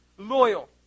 loyal